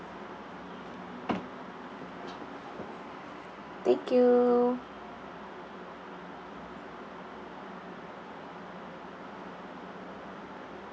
thank you